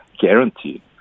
Guarantee